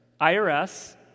IRS